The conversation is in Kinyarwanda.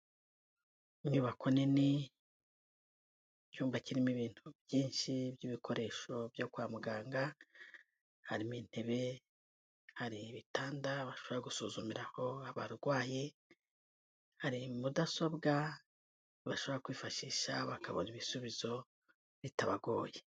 Inyubako nini, cyumba kirimo ibintu byinshi by'ibikoresho byo kwa muganga. Harimo intebe, hari ibitanda bashobora gusuzumiraho abarwayi, hari mudasobwa bashobora kwifashisha bakabona ibisubizo bitabagoye.